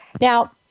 Now